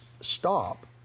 stop